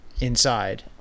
inside